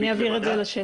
אני אעביר את זה לשטח.